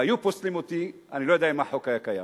והיו פוסלים אותי, אני לא יודע אם החוק היה קיים.